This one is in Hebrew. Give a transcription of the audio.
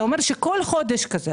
זה אומר שכל חודש כזה